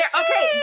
okay